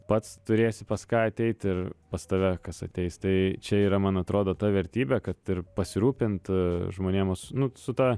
pats turėsiu pas ką ateit ir pas tave kas ateis tai čia yra man atrodo ta vertybė kad ir pasirūpint žmonėmus nu su ta